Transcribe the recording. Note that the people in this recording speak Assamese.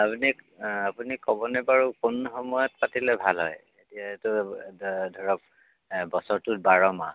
আৰু এনেই আপুনি ক'বনে বাৰু কোন সময়ত পাতিলে ভাল হয় এতিয়া এইটো ধা ধৰক বছৰটোত বাৰমাহ